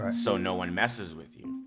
so no one messes with you.